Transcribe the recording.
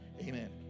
amen